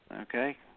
Okay